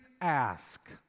ask